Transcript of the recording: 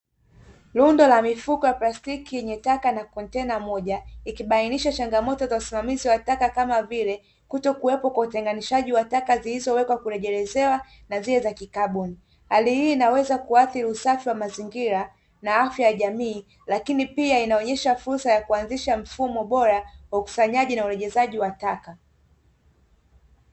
Lundo la mifiko ya plastiki yenye taka na kontena moja, ikibainisha changamoto za usimamizi wa taka kama vile , kutokuwepo kwa utenganishwaji wa taka zilizowekwa kurejelezewa na zile za kikaboni .Hali hii inaweza kuathiri usafi wa mazingira na afya ya jamii , lakini pia inaonyesha frusa ya kuanzisha mfumo bora wa ukusanyaji na urejezaji wa taka.